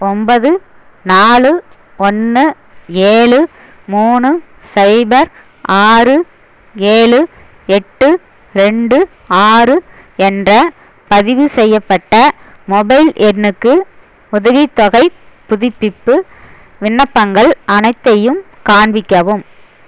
ஒன்பது நாலு ஒன்று ஏழு மூணு சைபர் ஆறு ஏழு எட்டு ரெண்டு ஆறு என்ற பதிவுசெய்யப்பட்ட மொபைல் எண்ணுக்கு உதவித்தொகைப் புதுப்பிப்பு விண்ணப்பங்கள் அனைத்தையும் காண்பிக்கவும்